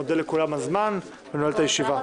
אני מודה לכולם על הזמן ונועל את הישיבה.